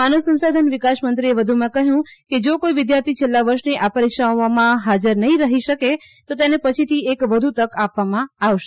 માનવ સંસાધન વિકાસમંત્રીએ કહ્યું જો કોઇ વિદ્યાર્થી છેલ્લા વર્ષની આ પરીક્ષાઓમાં હાજર નહ્યીં રહી શકે તો તેને પછીથી એક વધુ તક આપવામાં આવશે